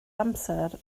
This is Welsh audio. amser